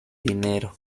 dinero